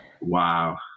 Wow